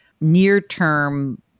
near-term